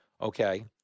Okay